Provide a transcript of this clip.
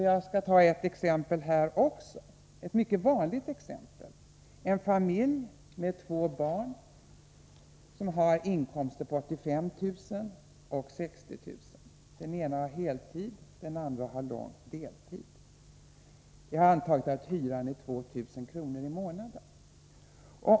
Jag skall ta ett exempel här också, ett mycket vanligt exempel: en familj med två barn som har inkomster på 85 000 och 60 000 kr. Den ena föräldern har heltid, den andra har lång deltid. Jag har antagit att hyran är 2 000 kr. i månaden.